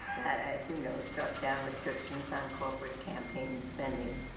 that as you know struck down restrictions on corporate campaign spending.